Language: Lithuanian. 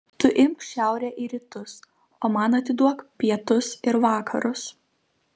tu imk šiaurę ir rytus o man atiduok pietus ir vakarus